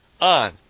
on